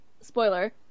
spoiler